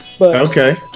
Okay